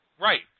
Right